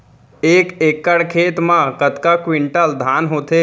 एक एकड़ खेत मा कतका क्विंटल धान होथे?